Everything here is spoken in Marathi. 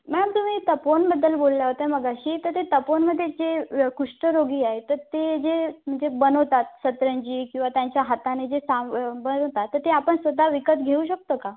मॅम तुम्ही तपोवनबद्दल बोलल्या होत्या मगाशी तर ते तपोवनमध्ये जे कुष्ठरोगी आहे तर ते जे म्हणजे बनवतात सतरंजी किंवा त्यांच्या हाताने जे साम बनवतात तर ते आपण स्वतः विकत घेऊ शकतो का